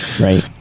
Right